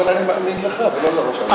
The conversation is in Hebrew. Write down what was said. אבל אני מאמין לך ולא לראש הממשלה.